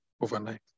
overnight